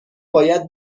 باید